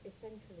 essentially